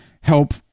help